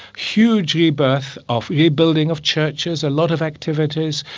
huge rebirth of, rebuilding of churches, a lot of activities,